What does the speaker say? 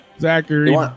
Zachary